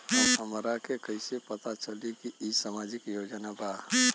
हमरा के कइसे पता चलेगा की इ सामाजिक योजना बा?